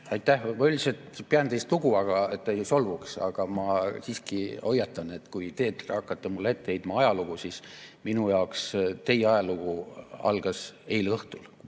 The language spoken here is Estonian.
et te ei solvuks –, aga ma siiski hoiatan, et kui te hakkate mulle ette heitma ajalugu, siis minu jaoks teie ajalugu algas eile õhtul,